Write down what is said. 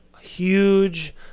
huge